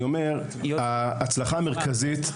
ההצלחה המרכזית,